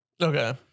Okay